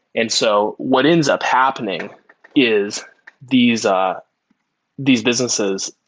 and so what ends up happening is these ah these businesses